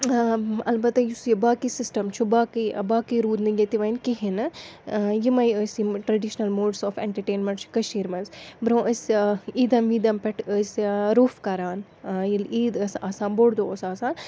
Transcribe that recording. البتہ یُس یہِ باقٕے سِسٹَم چھُ باقٕے باقٕے روٗد نہٕ ییٚتہِ وۄنۍ کِہیٖنۍ نہٕ یِمَے ٲسۍ یِم ٹرٛیڈِشنَل موڈٕس آف اٮ۪نٹَرٹینمٮ۪نٛٹ چھِ کٔشیٖرِ مَنٛز برٛونٛہہ ٲسۍ عیٖدَن ویٖدَن پٮ۪ٹھ ٲسۍ روٚف کَران ییٚلہِ عیٖد ٲس آسان بوٚڈ دۄہ اوس آسان